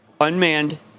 unmanned